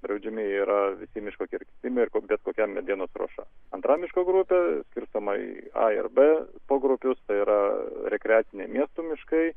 draudžiami yra visi miško kirtimai ir bet kokia medienos ruoša antra miško grupių skirstoma į a ir b pogrupius tai yra rekreaciniai miestų miškai